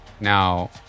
Now